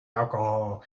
alcohol